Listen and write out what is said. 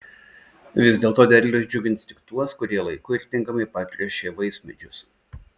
vis dėlto derlius džiugins tik tuos kurie laiku ir tinkamai patręšė vaismedžius